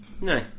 No